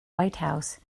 whitehouse